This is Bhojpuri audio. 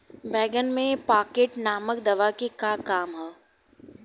बैंगन में पॉकेट नामक दवा के का काम ह?